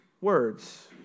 words